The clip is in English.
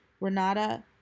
Renata